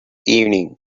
evening